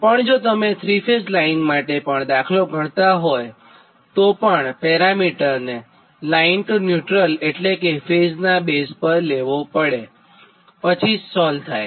પણ જો તમે થ્રી ફેઝ લાઇન માટે પણ દાખલો ગણતાં હોયતો પણ દરેક પેરામિટર ને લાઇન ટુ ન્યુટ્રલ એટલે કે પર ફેઝ બેઝ પર લેવા પડેપછી જ સોલ્વ થાય